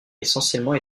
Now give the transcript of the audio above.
essentiellement